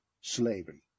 slavery